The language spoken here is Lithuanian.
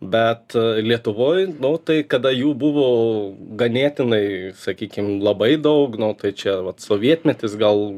bet lietuvoj nu tai kada jų buvo ganėtinai sakykim labai daug nu čia vat sovietmetis gal